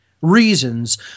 reasons